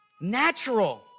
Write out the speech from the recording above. natural